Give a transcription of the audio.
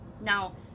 now